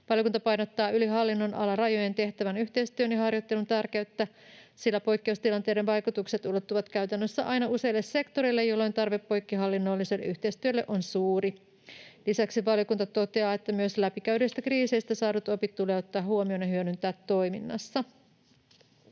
Valiokunta painottaa yli hallinnonalarajojen tehtävän yhteistyön ja harjoittelun tärkeyttä, sillä poikkeustilanteiden vaikutukset ulottuvat käytännössä aina useille sektoreille, jolloin tarve poikkihallinnolliselle yhteistyölle on suuri. Lisäksi valiokunta toteaa, että myös läpikäydyistä kriiseistä saadut opit tulee ottaa huomioon ja hyödyntää toiminnassa.